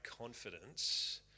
confidence